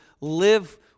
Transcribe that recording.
live